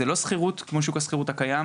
זו לא שכירות כמו שוק השכירות הקיים,